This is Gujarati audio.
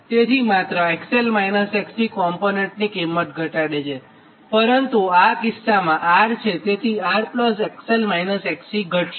તેથી માત્ર XL- XC કોમ્પોનન્ટની કિંમત ઘટે છે પરંતુ આ કિસ્સામાં પરંતુ R ત્યાં છે તેથી R j XL- XC ઘટશે